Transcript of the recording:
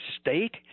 state